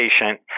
patient